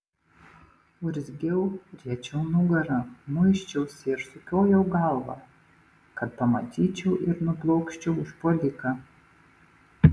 urzgiau riečiau nugarą muisčiausi ir sukiojau galvą kad pamatyčiau ir nublokščiau užpuoliką